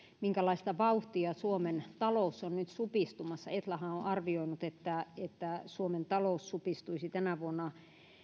minkälaista vauhtia suomen talous on nyt supistumassa etlahan on on arvioinut että että suomen talous supistuisi tänä vuonna